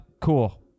cool